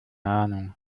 ahnung